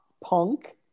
punk